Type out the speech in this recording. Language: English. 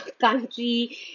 country